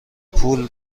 پول